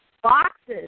Boxes